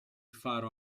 faro